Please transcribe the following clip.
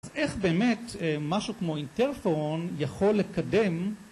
‫אז איך באמת משהו כמו אינטרפורון ‫יכול לקדם...